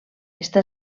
està